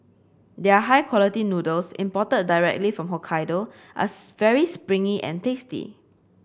their high quality noodles imported directly from Hokkaido are very springy and tasty